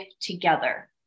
together